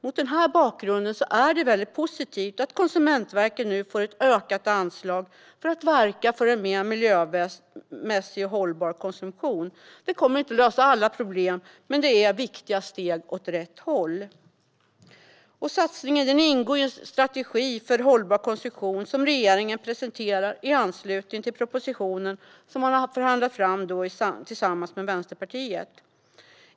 Mot den bakgrunden är det positivt att Konsumentverket nu får ett ökat anslag för att verka för en miljömässigt mer hållbar konsumtion. Det kommer inte att lösa alla problem, men det är ett viktigt steg åt rätt håll. Satsningen ingår i den strategi för hållbar konsumtion som regeringen presenterar i anslutning till propositionen, som man har förhandlat fram tillsammans med Vänsterpartiet.